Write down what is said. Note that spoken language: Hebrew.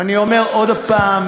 אני אומר עוד הפעם,